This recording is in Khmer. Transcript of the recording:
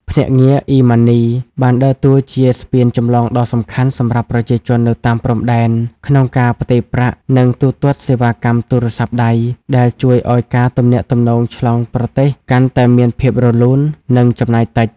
ភ្នាក់ងារ អ៊ីម៉ាន់នី (eMoney) បានដើរតួជាស្ពានចម្លងដ៏សំខាន់សម្រាប់ប្រជាជននៅតាមព្រំដែន ក្នុងការផ្ទេរប្រាក់ និងទូទាត់សេវាកម្មទូរស័ព្ទដៃ ដែលជួយឱ្យការទំនាក់ទំនងឆ្លងប្រទេសកាន់តែមានភាពរលូន និងចំណាយតិច។